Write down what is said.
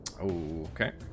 okay